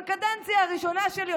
בקדנציה הראשונה שלי,